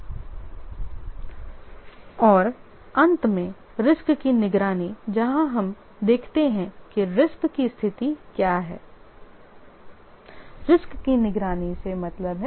और अंत में रिस्क मॉनिटरिंग की निगरानी जहां हम देखते हैं कि रिस्क की स्थिति क्या है